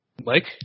Mike